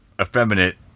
effeminate